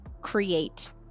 create